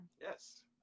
Yes